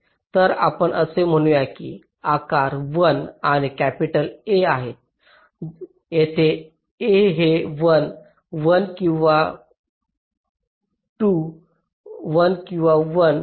तर आपण असे म्हणूया की आकार 1 आणि कॅपिटल A आहेत जेथे A हे 1 1 किंवा 1